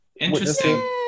Interesting